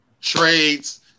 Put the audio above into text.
trades